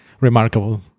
remarkable